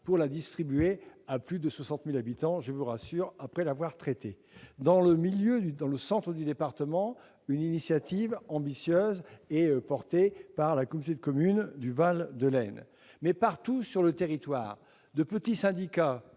pour la distribuer à plus de 60 000 habitants, après l'avoir traitée bien sûr. Dans le centre du département, une initiative ambitieuse est portée par la communauté de communes du Val de l'Aisne. Mais partout sur le territoire, de petits syndicats